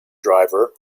driver